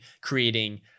creating